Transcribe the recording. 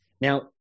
Now